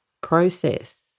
process